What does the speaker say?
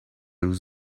روز